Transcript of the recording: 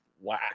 Wow